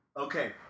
Okay